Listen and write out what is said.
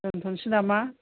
दोनथ'सै नामा